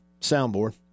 soundboard